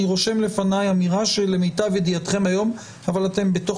אני רושם לפניי אמירה שלמיטב ידיעתכם היום אבל אתם בתוך